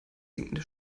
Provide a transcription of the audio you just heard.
sinkende